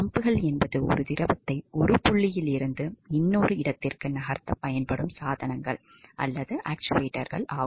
பம்புகள் என்பது ஒரு திரவத்தை ஒரு புள்ளியில் இருந்து இன்னொரு இடத்திற்கு நகர்த்த பயன்படும் சாதனங்கள் அல்லது ஆக்சுவேட்டர்கள் ஆகும்